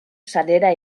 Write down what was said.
sarera